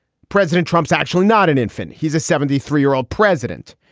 president trump's actually not an infant. he's a seventy three year old president.